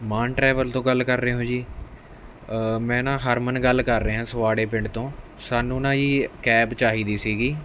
ਮਾਨ travel ਤੋਂ ਗੱਲ ਕਰ ਰਹੇ ਹੋ ਜੀ ਮੈਂ ਨਾ ਹਰਮਨ ਗੱਲ ਕਰ ਰਿਹਾ ਸੋਆੜੇ ਪਿੰਡ ਤੋਂ ਸਾਨੂੰ ਨਾ ਜੀ ਕੈਬ ਚਾਹੀਦੀ ਸੀਗੀ